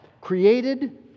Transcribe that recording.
created